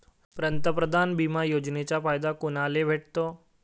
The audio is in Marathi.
पंतप्रधान बिमा योजनेचा फायदा कुनाले भेटतो?